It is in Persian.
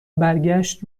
برگشت